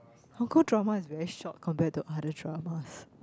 Hong-Kong drama is very short compared to other dramas